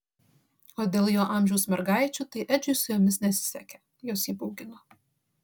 o dėl jo amžiaus mergaičių tai edžiui su jomis nesisekė jos jį baugino